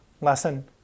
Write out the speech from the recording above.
lesson